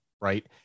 right